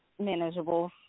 manageable